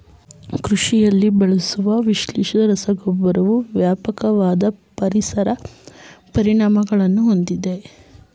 ಕೃಷಿಯಲ್ಲಿ ಬಳಸುವ ಸಂಶ್ಲೇಷಿತ ರಸಗೊಬ್ಬರವು ವ್ಯಾಪಕವಾದ ಪರಿಸರ ಪರಿಣಾಮಗಳನ್ನು ಹೊಂದಿದೆ